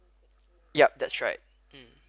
yup that's right mm